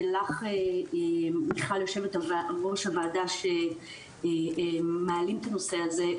ולך מיכל יו"ר הוועדה שמעלים את הנושא הזה,